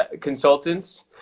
consultants